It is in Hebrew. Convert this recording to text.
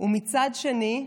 ומצד שני,